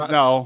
no